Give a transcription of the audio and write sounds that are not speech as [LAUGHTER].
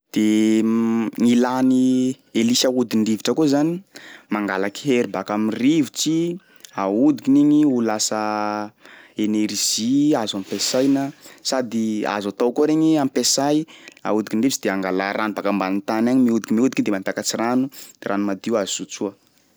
De [HESITATION] gny ilà ny helisy ahodin-drivotra koa zany mangalaky hery baka am'rivotry, ahodikiny igny ho lasa énergie azo ampiasaina [NOISE] sady azo atao koa regny ampiasay ahodikin'ny rivotsy de angalà rano baka ambany tany agny mihodiky mihodiky i de mampiakatry rano, rano madio azo sotroa.